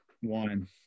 one